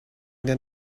than